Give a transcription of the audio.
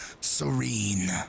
serene